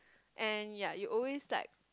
and ya you always like